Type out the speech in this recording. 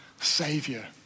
Savior